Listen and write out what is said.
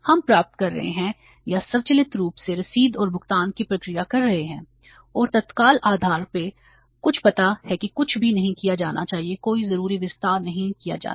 हम प्राप्त कर रहे हैं या स्वचालित रूप से रसीद और भुगतान की प्रक्रिया कर रहे हैं और तत्काल आधार पर कुछ पता है कि कुछ भी नहीं किया जाना चाहिए कोई जरूरी विस्तार नहीं किया जाना है